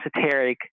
esoteric